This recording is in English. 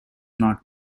not